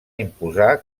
imposar